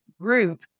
group